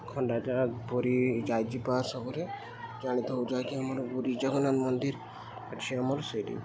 Khandadhar Puri I G park ସବୁରେ ଜାଣିଥାଉ ଯାହାକି ଆମର ପୁରୀ ଜଗନ୍ନାଥ ମନ୍ଦିର ସେ ଆମର ସେଥି